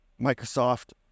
Microsoft